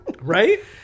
Right